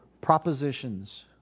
propositions